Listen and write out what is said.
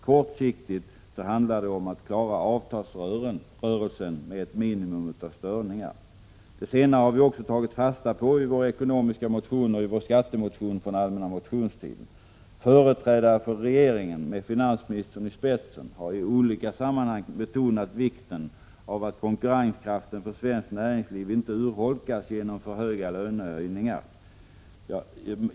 Kortsiktigt handlar det om att klara avtalsrörelsen med ett minimum av störningar. Det senare har vi också tagit fasta på i vår ekonomiska motion och i vår skattemotion från allmänna motionstiden. Företrädare för regeringen med finansministern i spetsen har i olika sammanhang betonat vikten av att konkurrenskraften för svenskt näringsliv inte urholkas genom för stora lönehöjningar.